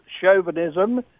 chauvinism